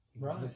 Right